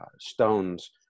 stones